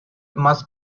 must